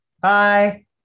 Bye